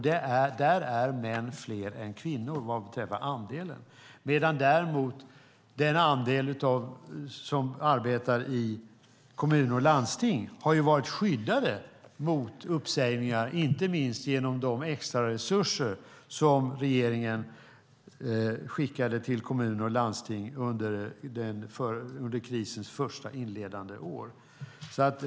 Där är män fler än kvinnor vad beträffar andelen. De som arbetar i kommuner och landsting har däremot varit skyddade mot uppsägningar, inte minst genom de extraresurser regeringen skickade till kommuner och landsting under krisens inledande år.